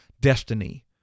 destiny